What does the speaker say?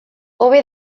hobe